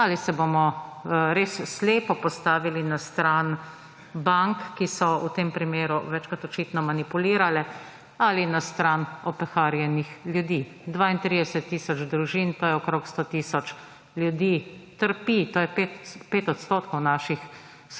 ali se bomo res slepo postavili na stran bank, ki so v tem primeru več kot očino manipulirale, ali na stran opeharjenih ljudi. 32 tisoč družin, to je okrog 100 tisoč ljudi trpi ‒ to je 5 odstotkov naših